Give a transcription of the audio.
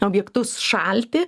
objektus šalti